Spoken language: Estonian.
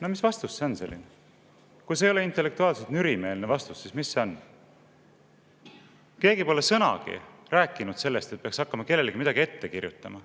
Mis vastus see on selline? Kui see ei ole intellektuaalselt nürimeelne vastus, siis mis see on? Keegi pole sõnagi rääkinud sellest, et peaks hakkama kellelegi midagi ette kirjutama.